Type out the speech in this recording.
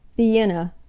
vienna!